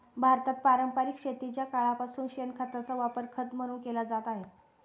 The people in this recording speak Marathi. भारतात पारंपरिक शेतीच्या काळापासून शेणखताचा वापर खत म्हणून केला जात आहे